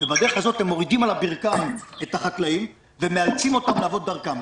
בדרך הזאת הם מורידים על הברכיים את החקלאים ומאלצים אותם לעבוד דרכם.